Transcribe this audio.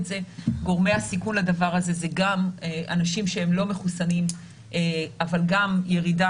גורמי הסיכון לדבר הזה זה גם אנשים לא מחוסנים אבל גם ירידה